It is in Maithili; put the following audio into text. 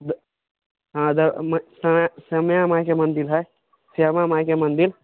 हॅं श्यामा माइके मन्दिर हइ श्यामा माइके मन्दिर